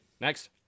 next